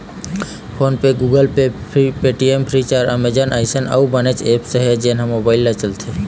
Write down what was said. phone पे, Google Pay, Paytm, Freecharge, Amazon अइसन अउ बनेच ऐप्स हे जेन ह मोबाईल म चलथे